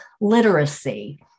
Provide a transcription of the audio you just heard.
literacy